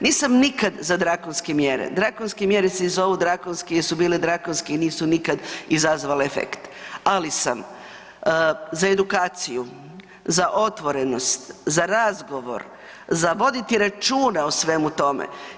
Nisam nikad za drakonske mjere, drakonske mjere se i zovu drakonske jer su bile drakonske i nisu nikad izazvale efekt ali sam za edukaciju, za otvorenost, za razgovor, za voditi računa o svemu tome.